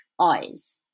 eyes